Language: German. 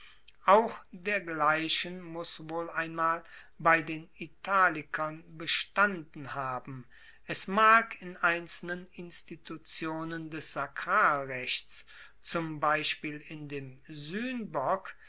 auch dergleichen muss wohl einmal bei den italikern bestanden haben es mag in einzelnen institutionen des sakralrechts zum beispiel in dem